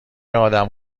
آدم